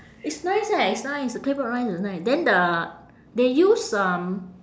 it's nice eh it's nice claypot rice is nice then the they use um